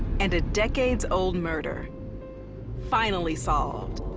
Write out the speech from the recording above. and a decades-old murder finally solved.